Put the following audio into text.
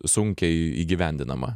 sunkiai įgyvendinama